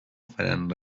faran